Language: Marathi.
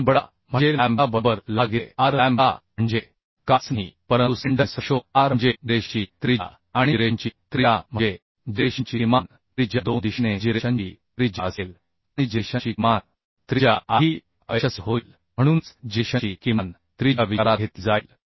लॅम्बडा म्हणजे लॅम्बडा बरोबर Lभागिले r लॅम्बडा म्हणजे काहीच नाही परंतु स्लेंडरनेस रेशो आर म्हणजे जिरेशनची त्रिज्या आणि जिरेशनची त्रिज्या म्हणजेजिरेशनची किमान त्रिज्या दोन दिशेने जिरेशनची त्रिज्या असेल आणि जिरेशनची किमान त्रिज्या आधी अयशस्वी होईल म्हणूनच जिरेशनची किमान त्रिज्या विचारात घेतली जाईल